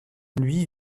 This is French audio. lui